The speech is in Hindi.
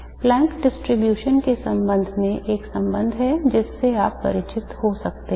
Planck's distribution के संबंध में एक संबंध है जिससे आप परिचित हो सकते हैं